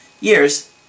years